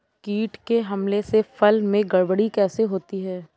कीट के हमले से फसल में गड़बड़ी कैसे होती है?